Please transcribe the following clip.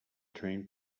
train